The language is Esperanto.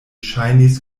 ŝajnis